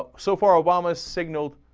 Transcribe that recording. ah so far obama's signal